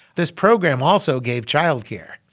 this program also gave child care.